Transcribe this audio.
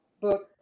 Book